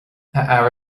aire